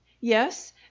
yes